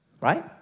Right